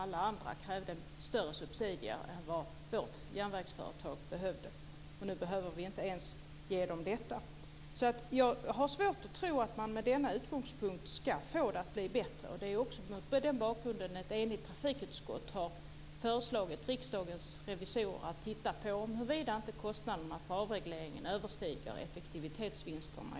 Alla andra krävde större subsidier än vad vårt järnvägsföretag behövde. Nu behöver vi inte ens ge dem detta. Jag har svårt att tro att man med denna utgångspunkt ska få det att bli bättre. Det är också mot den bakgrunden som ett enigt trafikutskott föreslagit Riksdagens revisorer att titta på om inte kostnaderna för avregleringen överstiger effektivitetsvinsterna